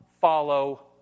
follow